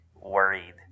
worried